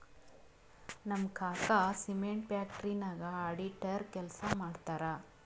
ನಮ್ ಕಾಕಾ cement factory ನಾಗ್ ಅಡಿಟರ್ ಕೆಲ್ಸಾ ಮಾಡ್ತಾರ್